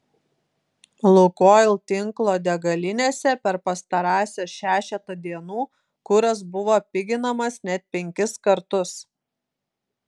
lukoil tinklo degalinėse per pastarąsias šešetą dienų kuras buvo piginamas net penkis kartus